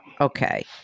Okay